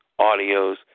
audios